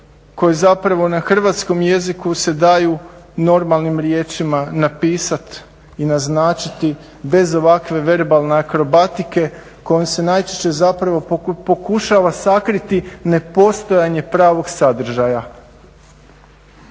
koje zapravo na hrvatskom jeziku se daju normalnim riječima napisati i naznačiti bez ovakve verbalne akrobatike kojom se najčešće zapravo pokušava sakriti nepostojanje pravog sadržaja.